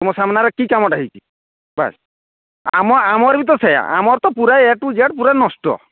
ତୁମ ସାମନାରେ କି କାମଟା ହେଇଛି ବାସ୍ ଆମ ଆମର ବି ତ ସେଇଆ ଆମର ତ ଏ ଟୁ ଜେଡ଼୍ ପୂରା ନଷ୍ଟ